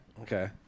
Okay